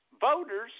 voters